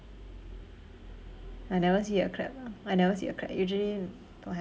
I never see a clap ah I never see a clap usually don't have